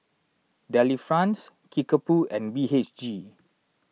Delifrance Kickapoo and B H G